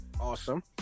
Awesome